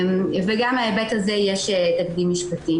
גם מההיבט הזה יש תקדים משפטי